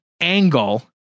angle